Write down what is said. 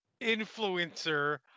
influencer